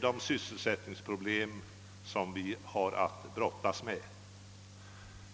de sysselsättningsproblem som vi har att brottas med.